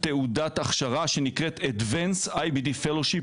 תעודת הכשרה שנקראת Advanced IBD Fellowship,